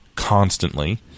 constantly